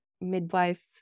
midwife